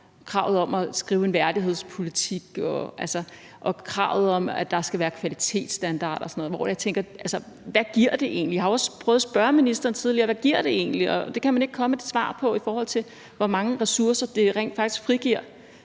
kravet om at skrive en værdighedspolitik og kravet om, at der skal være kvalitetsstandarder og sådan noget. Og så tænker jeg: Hvad giver det egentlig? Jeg har også prøvet at spørge ministeren tidligere om, hvad det egentlig giver, og ministeren kan ikke komme med et svar på, hvor mange ressourcer det rent faktisk frigiver.